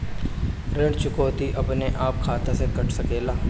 ऋण चुकौती अपने आप खाता से कट सकेला?